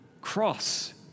cross